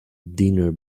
dinner